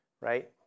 right